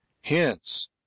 Hence